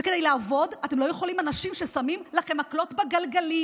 וכדי לעבוד אתם לא יכולים שיהיו אנשים ששמים לכם מקלות בגלגלים,